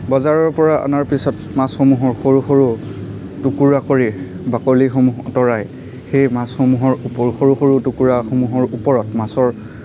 বজাৰৰ পৰা অনাৰ পিছত মাছসমূহৰ সৰু সৰু টুকুৰা কৰি বাকলিসমূহ আঁতৰাই সেই মাছসমূহৰ ওপ সৰু সৰু টুকুৰাসমূহৰ ওপৰত মাছৰ